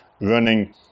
running